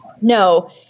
No